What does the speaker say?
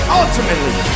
ultimately